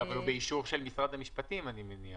הוא באישור של משרד המשפטים, אני מניח.